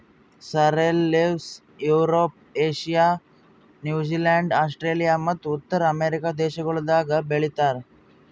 sorrel leaves Europe, Asia, New Zealand, Australia ಮತ್ತ ಉತ್ತರ America ದೇಶಗೊಳ್ ಬೆ ಳಿತಾರ್